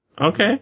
Okay